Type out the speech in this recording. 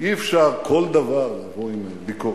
אי-אפשר בכל דבר לבוא עם ביקורת.